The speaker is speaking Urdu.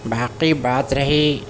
باقی بات رہی